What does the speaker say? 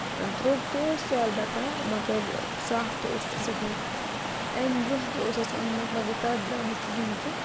درٛوگ تہِ اوس سُہ اَلبتہ مَگر صاف تہِ اوس سُہ صحیح اَمہِ برۄنٛہہ تہِ اوس اَسہِ اوٚنمُت مَگر تَتھ درٛاو نہٕ کِہینۍ تہِ